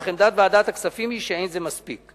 אך עמדת ועדת הכספים היא שאין זה מספיק.